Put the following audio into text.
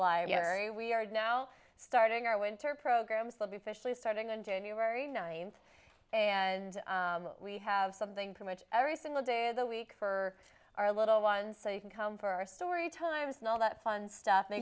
library we are now starting our winter programs will be officially starting on january ninth and we have something for much every single day of the week for our little ones so you can come for our story times and all that fun stuff